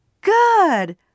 Good